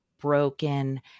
broken